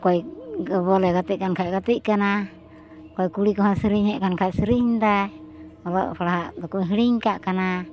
ᱚᱠᱚᱭ ᱵᱚᱞᱮ ᱜᱟᱛᱮ ᱠᱟᱱ ᱠᱷᱟᱡ ᱜᱟᱛᱮ ᱠᱟᱱᱟ ᱚᱠᱚᱭ ᱠᱩᱲᱤᱠᱚ ᱦᱚᱸ ᱥᱮᱨᱮᱧᱮᱫ ᱠᱟᱱ ᱠᱷᱟᱡ ᱥᱮᱨᱮᱧᱮᱫᱟᱭ ᱚᱞᱚᱜ ᱯᱟᱲᱦᱟᱜᱫᱚ ᱠᱚ ᱦᱤᱲᱤᱧᱠᱟᱜ ᱠᱟᱱᱟ